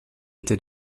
était